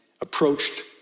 approached